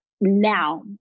now